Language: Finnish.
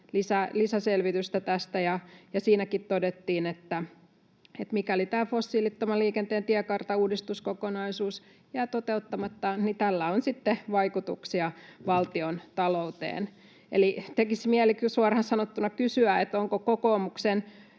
lisäselvitystä. Siinäkin todettiin, että mikäli fossiilittoman liikenteen tiekartan uudistuskokonaisuus jää toteuttamatta, tällä on sitten vaikutuksia valtiontalouteen. Eli tekisi mieli kyllä suoraan sanottuna kysyä, onko kokoomuksen